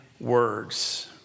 words